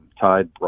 tied